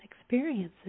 experiences